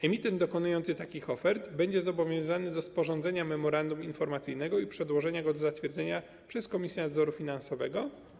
Emitent dokonujący takich ofert będzie zobowiązany do sporządzenia memorandum informacyjnego i przedłożenia go do zatwierdzenia przez Komisję Nadzoru Finansowego.